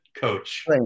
coach